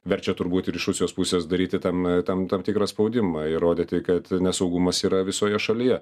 verčia turbūt ir iš rusijos pusės daryti tam tam tam tikrą spaudimą ir rodyti kad nesaugumas yra visoje šalyje